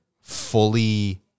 fully